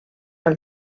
als